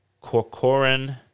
Corcoran